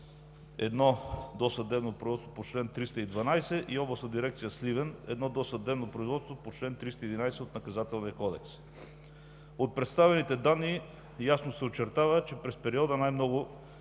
– 1 досъдебно производство по чл. 312; и Областна дирекция Сливен – 1 досъдебно производство по чл. 311 от Наказателния кодекс. От представените данни ясно се очертава, че през периода най-много